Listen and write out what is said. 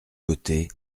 côtés